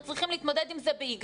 אנחנו צריכים להתמודד עם זה בהיגיון.